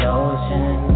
ocean